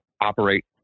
operate